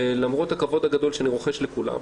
למרות הכבוד הגדול שאני רוחש לכולם,